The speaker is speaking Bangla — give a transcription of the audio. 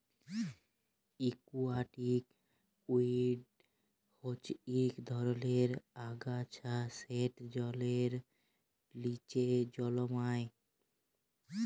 একুয়াটিক উইড হচ্যে ইক ধরলের আগাছা যেট জলের লিচে জলমাই